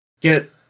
get